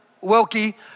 Wilkie